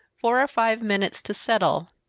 four or five minutes to settle,